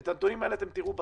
את הנתונים האלה אתם תראו בסוף.